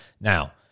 Now